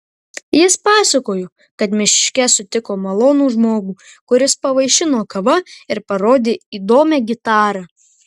jis pasakojo kad miške sutiko malonų žmogų kuris jį pavaišino kava ir parodė įdomią gitarą